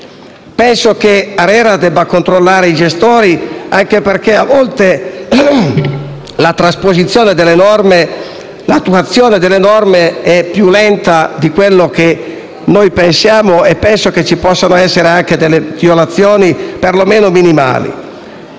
Penso che ARERA debba controllare i gestori, anche perché a volte l'attuazione delle norme è più lenta di quanto pensiamo e possono esserci anche delle violazioni, perlomeno minimali.